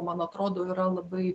man atrodo yra labai